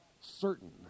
certain